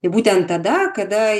ir būtent tada kada